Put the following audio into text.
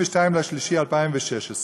ב-22 במרס 2016,